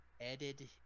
edited